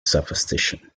superstition